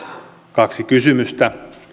kaksi kysymystä